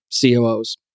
coos